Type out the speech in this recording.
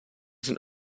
sind